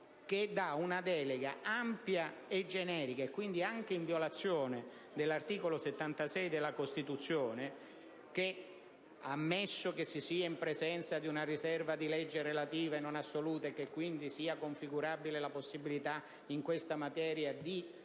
concede una delega ampia e generica (violando, quindi, anche l'articolo 76 della Costituzione): ammesso che si sia in presenza di una riserva di legge relativa e non assoluta e che quindi sia configurabile la possibilità in questa materia di